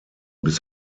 bis